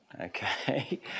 Okay